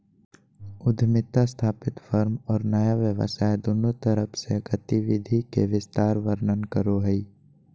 उद्यमिता स्थापित फर्म और नया व्यवसाय दुन्नु तरफ से गतिविधि के विस्तार वर्णन करो हइ